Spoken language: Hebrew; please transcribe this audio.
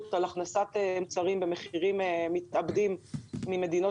הכנסת מוצרים במחירים מתאבדים ממדינות